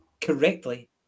correctly